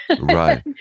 right